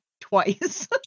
twice